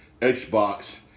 Xbox